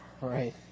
Right